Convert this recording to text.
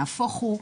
נהפוך הוא,